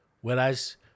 Whereas